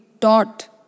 taught